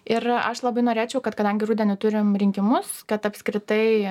ir aš labai norėčiau kad kadangi rudenį turim rinkimus kad apskritai